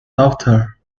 daughter